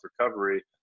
recovery